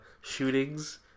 shootings